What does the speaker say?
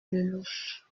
lellouche